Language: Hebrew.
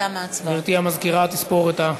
גברתי המזכירה תספור את הקולות.